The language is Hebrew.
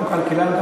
גם כלכלן,